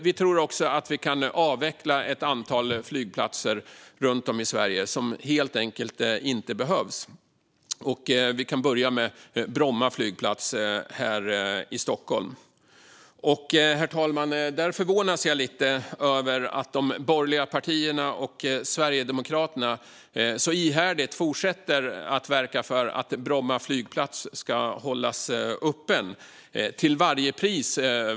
Vi tror också att vi kan avveckla ett antal flygplatser runt om i Sverige som helt enkelt inte behövs. Vi kan börja med Bromma flygplats här i Stockholm. Där förvånas jag lite över att de borgerliga partierna och Sverigedemokraterna så ihärdigt fortsätter att verka för att Bromma flygplats ska hållas öppen till varje pris.